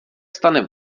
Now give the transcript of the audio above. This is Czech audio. stane